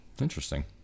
Interesting